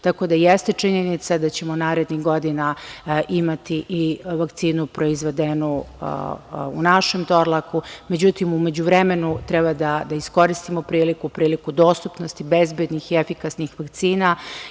Tako da, jeste činjenica da ćemo narednih godina imati i vakcinu proizvedenu u našem „Torlaku“, međutim u međuvremenu treba da iskoristimo priliku, priliku dostupnosti bezbednih i efikasnih vakcina.